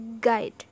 guide